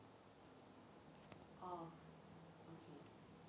orh okay